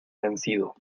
vencido